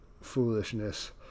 foolishness